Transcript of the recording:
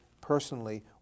personally